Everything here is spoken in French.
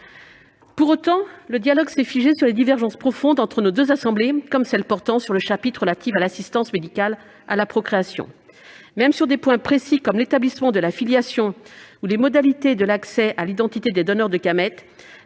Pour autant, le dialogue s'est figé sur des divergences profondes entre nos deux assemblées, comme celles qui portent sur le chapitre relatif à l'assistance médicale à la procréation (AMP). Même sur des points précis comme l'établissement de la filiation ou les modalités de l'accès à l'identité des donneurs de